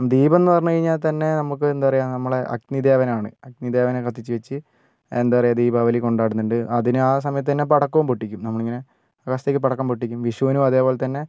ദീപംന്ന് പറഞ്ഞ് കഴിഞ്ഞാ തന്നെ നമുക്ക് എന്താപറയാ നമ്മുടെ അഗ്നിദേവൻ ആണ് അഗ്നിദേവനെ കത്തിച്ച് വെച്ച് എന്താപറയാ ദീപാവലി കൊണ്ടാടുന്നുണ്ട് അതിന് ആ സമയത്ത് തന്നെ പടക്കോം പൊട്ടിക്കും നമ്മളിങ്ങനെ ആ ദിവസത്തേക്ക് പടക്കം പൊട്ടിക്കും വിഷുനും അതേപോലെത്തന്നെ